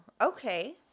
okay